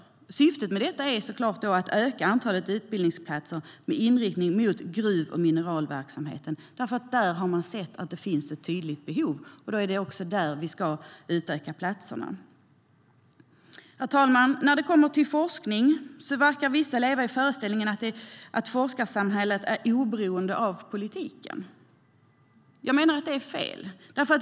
Syftet är att öka antalet utbildningsplatser med inriktning mot gruv och mineralverksamhet, för där finns det ett tydligt behov. Herr talman! När det kommer till forskning så verkar vissa leva i föreställningen att forskarsamhället är oberoende av politiken. Det är fel.